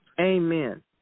Amen